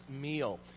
meal